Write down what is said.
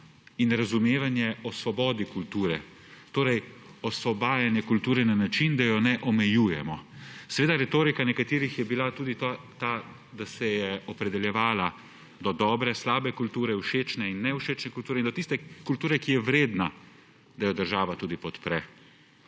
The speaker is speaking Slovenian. in razumevanje o svobodi kulture. Torej, osvobajanje kulture na način, da je ne omejujemo. Seveda retorika nekaterih je bila tudi ta, da se je opredeljevala do dobre, slabe kulture, všečne in nevšečne kulture in do tiste kulture, ki je vredna, da jo država tudi podpre.